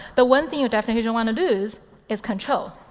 the one thing you definitely don't want to lose is control.